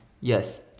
Yes